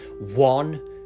one